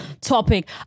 topic